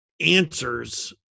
answers